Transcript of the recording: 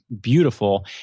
beautiful